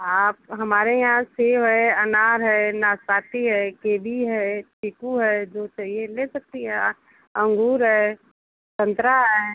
आप हमारे यहाँ सेब है अनार है नाशपाती है किवी है चीकू है जो चाहिए ले सकती हैं अँगूर है संतरा है